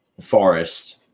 forest